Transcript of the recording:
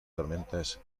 tormentas